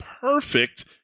perfect